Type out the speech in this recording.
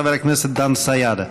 חבר הכנסת דן סיידה.